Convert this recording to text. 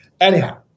Anyhow